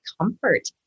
comfort